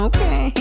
Okay